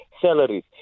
salaries